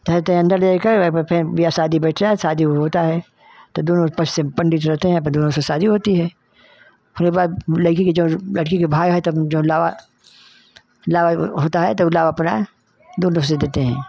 त ह ते अंदर दे क अब फेन बियाह शादी बैठे हैं शादी होता है त दोनों पर से पंडित रहते हैं अपन दोनों से शादी होती है होने के बाद उ लइकी के जौन लड़की के भाई है तब जौन लावा लावा होता है तब लावा अपना दो लोग से देते हैं